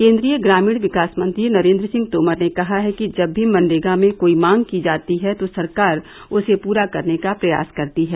केंद्रीय ग्रामीण विकास मंत्री नरेंद्र सिंह तोमर ने कहा है कि जब भी मनरेगा में कोई मांग की जाती है तो सरकार उसे पूरा करने का प्रयास करती है